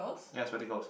yeah spectacles